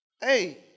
Hey